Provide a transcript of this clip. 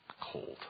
Cold